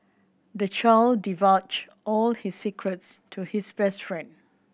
the child divulged all his secrets to his best friend